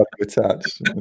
attached